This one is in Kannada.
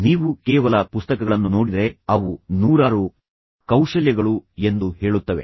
ನೀವು ಕೇವಲ ಪುಸ್ತಕಗಳನ್ನು ನೋಡಿದರೆ ಅವು ನೂರಾರು ಕೌಶಲ್ಯಗಳು ಎಂದು ಹೇಳುತ್ತವೆ